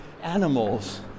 animals